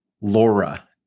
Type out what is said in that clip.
Laura